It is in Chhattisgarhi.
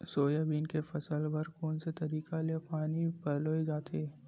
सोयाबीन के फसल बर कोन से तरीका ले पानी पलोय जाथे?